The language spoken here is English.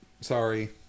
sorry